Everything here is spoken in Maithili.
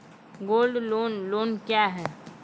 गोल्ड लोन लोन क्या हैं?